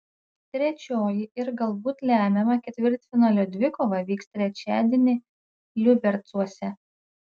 trečioji ir galbūt lemiama ketvirtfinalio dvikova vyks trečiadienį liubercuose